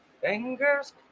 fingers